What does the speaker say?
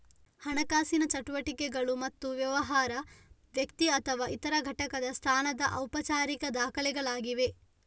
ಹಣಕಾಸಿನ ಚಟುವಟಿಕೆಗಳು ಮತ್ತು ವ್ಯವಹಾರ, ವ್ಯಕ್ತಿ ಅಥವಾ ಇತರ ಘಟಕದ ಸ್ಥಾನದ ಔಪಚಾರಿಕ ದಾಖಲೆಗಳಾಗಿವೆ